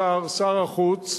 השר, שר החוץ,